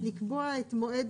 לקבוע את מועד